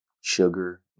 Sugar